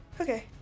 Okay